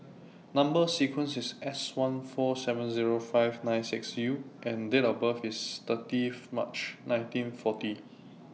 Number sequence IS S one four seven Zero five nine six U and Date of birth IS thirty of March nineteen forty